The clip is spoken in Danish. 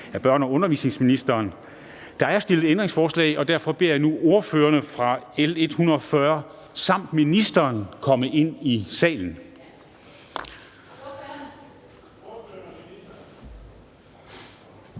Formanden (Henrik Dam Kristensen): Der er stillet ændringsforslag, og jeg beder nu ordførerne for L 140 samt ministeren komme ind i salen.